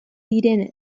diren